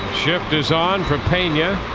shift is on for pena